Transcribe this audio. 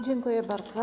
Dziękuję bardzo.